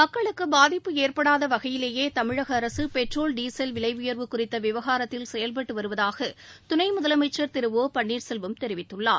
மக்களுக்கு பாதிப்பு ஏற்படாத வகையிலேயே தமிழக அரசு பெட்ரோல் டீசல் விலை உயர்வு குறித்த விவகாரத்தில் செயல்பட்டு வருவதாக துணை முதலமைச்சர் திரு ஒ பன்னீர்செல்வம் தெரிவித்துள்ளார்